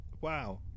Wow